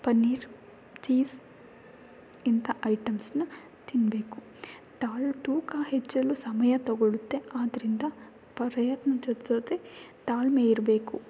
paneer cheese ಇಂಥ ಐಟೆಮ್ಸನ್ನ ತಿನ್ನಬೇಕು ಟಾಳ್ ತೂಕ ಹೆಚ್ಚಲು ಸಮಯ ತೊಗೊಳುತ್ತೆ ಆದ್ದರಿಂದ ಪ್ರಯತ್ನ ಜೊತೆ ಜೊತೆ ತಾಳ್ಮೆ ಇರಬೇಕು